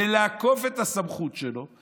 בלעקוף את הסמכות שלו.